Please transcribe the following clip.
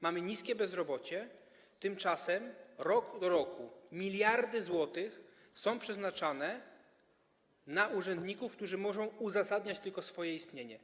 Mamy niskie bezrobocie, tymczasem rok do roku miliardy złotych są przeznaczane na urzędników, którzy muszą tylko uzasadniać swoje istnienie.